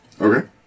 Okay